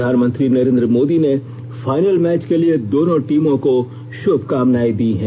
प्रधानमंत्री नरेंद्र मोदी ने final match के लिए दोनों टीमों को शुभकामनाएं दी हैं